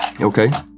Okay